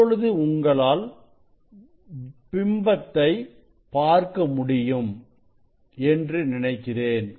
இப்பொழுது உங்களால் பிம்பத்தை பார்க்க முடியும் என்று நினைக்கிறேன்